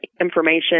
information